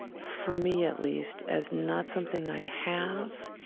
for me at least, as not something i have.